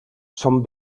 són